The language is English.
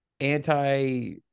anti